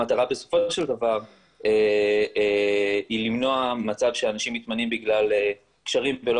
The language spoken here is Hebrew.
המטרה בסופו של דבר היא למנוע מצב שאנשים מתמנים בגלל קשרים ולא